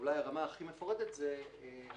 כשהרמה הכי מפורטת זה הטיפוס.